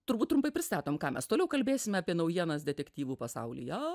turbūt trumpai pristatom ką mes toliau kalbėsime apie naujienas detektyvų pasaulyje